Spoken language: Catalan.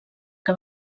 que